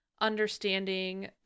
understanding